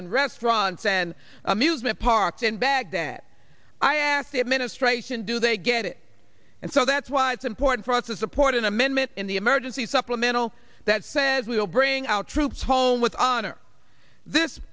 and restaurants and movie parks in baghdad i asked the administration do they get it and so that's why it's important for us to support an amendment in the emergency supplemental that says we'll bring our troops home with honor this